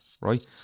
right